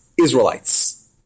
Israelites